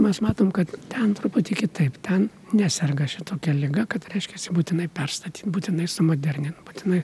mes matom kad ten truputį kitaip ten neserga čia tokia liga kad reiškiasi būtinai perstatyt būtinai sumodernint būtinai